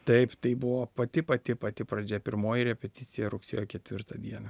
taip tai buvo pati pati pati pradžia pirmoji repeticija rugsėjo ketvirtą dieną